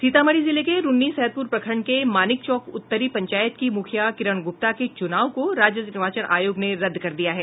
सीतामढ़ी जिले के रून्नीसैदपुर प्रखंड के मानिक चौक उत्तरी पंचायत की मुखिया किरण गुप्ता के चुनाव को राज्य निर्वाचन आयोग ने रद्द कर दिया है